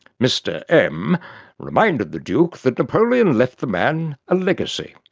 mr m reminded the duke that napoleon left the man a legacy.